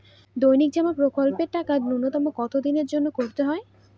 দৈনিক জমা প্রকল্পের টাকা নূন্যতম কত দিনের জন্য করতে হয়?